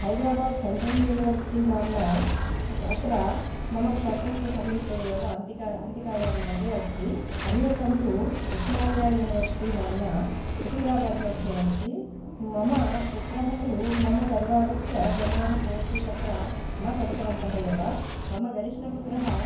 Hyderabad central university नाम्ना अत्र मम क्षेत्रस्य समीपे एव अन्तिक अन्तिकायामेवे अस्ति अन्येकं तु उस्मान्या युनिवर्सिटि नाम्ना सिकन्द्राबाद् मध्ये अस्ति मम पुत्रः तु मम परिवारस्य जनाः कोपि तत्र न पठितवन्तः एव मम कनिष्ठपुत्रः